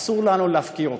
אסור לנו להפקיר אותם,